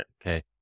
okay